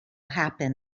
happen